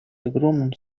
огромным